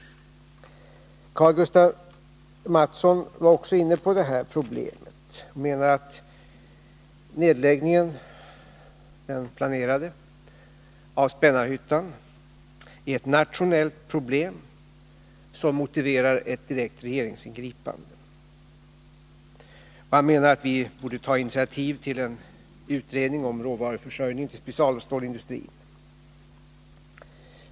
Karl-Gustaf Mathsson var också inne på detta problem och menade att den planerade nedläggningen av Spännarhyttan är ett nationellt problem som motiverar ett direkt regeringsingripande. Han menar att vi borde ta initiativ till en utredning om råvaruförsörjningen inom specialstålsindustrin.